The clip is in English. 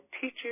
teacher's